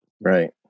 Right